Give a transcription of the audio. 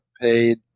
paid